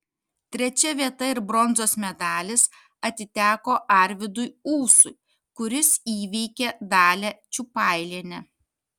trečia vieta ir bronzos medalis atiteko arvydui ūsui kuris įveikė dalią čiupailienę